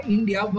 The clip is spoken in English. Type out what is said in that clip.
India